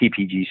PPG